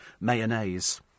mayonnaise